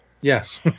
Yes